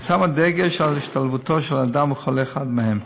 ושמה דגש על השתלבותו של האדם בכל אחד מהם.